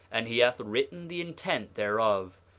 and he hath written the intent thereof.